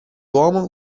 uomo